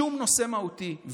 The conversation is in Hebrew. שום נושא מהותי.